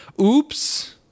Oops